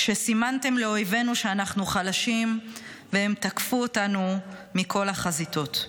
כשסימנתם לאויבינו שאנחנו חלשים והם תקפו אותנו מכל החזיתות.